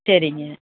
சரிங்க